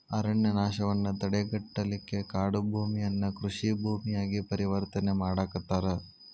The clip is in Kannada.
ಅರಣ್ಯನಾಶವನ್ನ ತಡೆಗಟ್ಟಲಿಕ್ಕೆ ಕಾಡುಭೂಮಿಯನ್ನ ಕೃಷಿ ಭೂಮಿಯಾಗಿ ಪರಿವರ್ತನೆ ಮಾಡಾಕತ್ತಾರ